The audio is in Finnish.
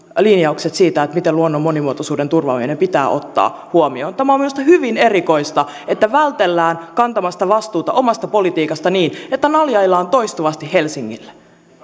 linjaukset siitä miten luonnon monimuotoisuuden turvaaminen pitää ottaa huomioon tämä on minusta hyvin erikoista että vältellään kantamasta vastuuta omasta politiikasta niin että naljaillaan toistuvasti helsingille